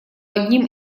одним